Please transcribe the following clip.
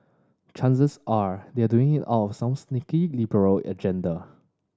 chances are they are doing it out of some sneaky liberal agenda